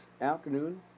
afternoon